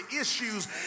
issues